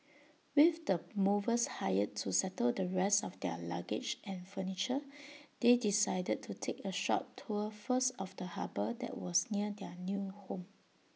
with the movers hired to settle the rest of their luggage and furniture they decided to take A short tour first of the harbour that was near their new home